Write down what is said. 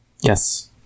Yes